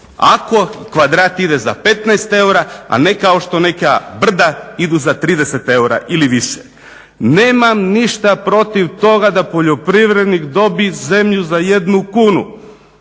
Ako kvadrat ide za 15 eura, a ne kao što neka brda idu za 30 eura ili više. Nemam ništa protiv toga da poljoprivrednik dobi zemlju za 1 kunu,